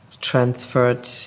transferred